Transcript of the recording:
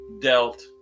dealt